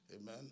Amen